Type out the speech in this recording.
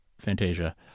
Fantasia